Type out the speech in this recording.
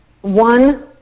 one